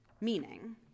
Meaning